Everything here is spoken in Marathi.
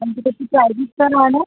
आणखी त्याची प्रायजेस काय राहणार